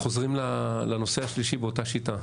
אנחנו חוזרים לנושא השלישי באותה שיטה.